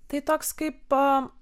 tai toks kaip